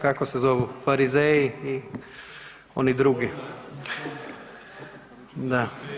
Kako se zovu Farizeji i oni drugi, da.